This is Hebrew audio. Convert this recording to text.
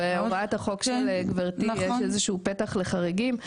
בהוראת החוק של גברתי יש איזה שהוא פתח לחריגים,